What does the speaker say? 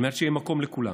כדי שיהיה מקום לכולם.